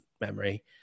memory